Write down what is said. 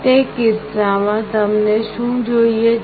તે કિસ્સામાં તમને શું જોઈએ છે